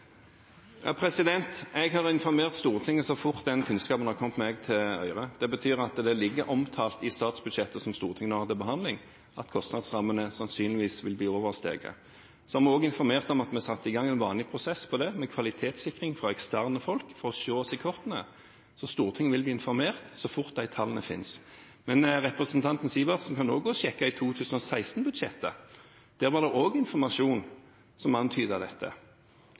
Jeg har informert Stortinget så fort den kunnskapen har kommet meg for øre. Det betyr at det står omtalt i statsbudsjettet som Stortinget nå har til behandling, at kostnadsrammene sannsynligvis vil bli oversteget. Så har vi også informert om at vi har satt i gang en vanlig prosess på det, med kvalitetssikring av eksterne folk for å se oss i kortene, så Stortinget vil bli informert så fort de tallene finnes. Men representanten Sivertsen kan også sjekke i 2016-budsjettet. Der var det også informasjon som antydet dette.